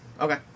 Okay